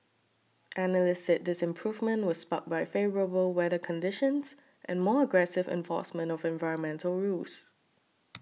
analysts said this improvement was sparked by favourable weather conditions and more aggressive enforcement of environmental rules